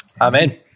Amen